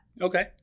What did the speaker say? Okay